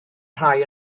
rhai